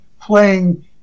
playing